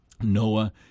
Noah